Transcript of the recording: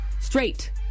straight